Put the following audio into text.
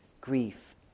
grief